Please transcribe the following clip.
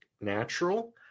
natural